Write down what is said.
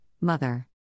mother